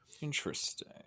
interesting